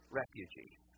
refugees